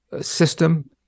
system